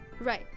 Right